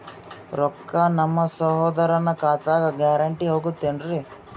ರೊಕ್ಕ ನಮ್ಮಸಹೋದರನ ಖಾತಕ್ಕ ಗ್ಯಾರಂಟಿ ಹೊಗುತೇನ್ರಿ?